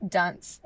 dance